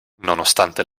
nonostante